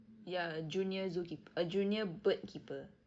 ya junior zookeeper uh junior birdkeeper